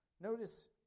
Notice